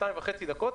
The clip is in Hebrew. שתיים וחצי דקות,